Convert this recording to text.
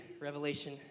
Revelation